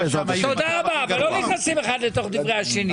מזל שהוא היה שם במשבר הכלכלי.